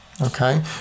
Okay